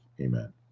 Amen